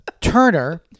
Turner